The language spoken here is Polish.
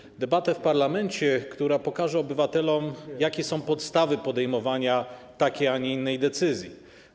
Chodzi o debatę w parlamencie, która pokaże obywatelom, jakie są podstawy podejmowania takiej a nie innej decyzji.